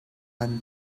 kan